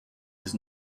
his